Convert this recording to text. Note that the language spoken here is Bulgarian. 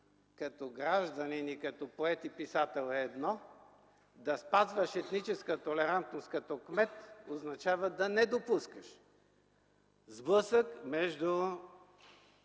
като гражданин и като поет и писател е едно, да спазваш етническа толерантност като кмет означава да не допускаш сблъсък между